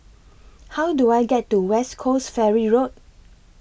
How Do I get to West Coast Ferry Road